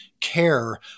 care